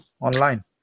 online